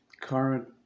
current